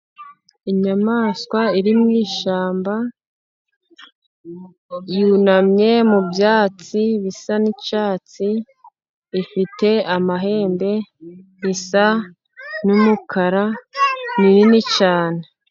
Inyamaswa iri mu ishyamba, yunamye mu byatsi bisa n'icyatsi, ifite amahembe isa n'umukara, ni nini cyane.